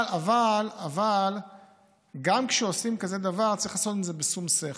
אבל גם כשעושים כזה דבר צריך לעשות את זה בשום שכל.